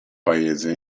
paese